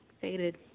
faded